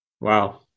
Wow